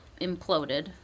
imploded